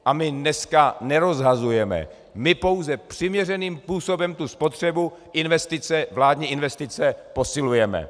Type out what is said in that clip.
A my dneska nerozhazujeme, my pouze přiměřeným způsobem tu spotřebu, vládní investice posilujeme.